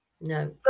No